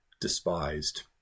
despised